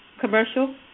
commercial